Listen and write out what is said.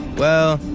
well,